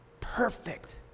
perfect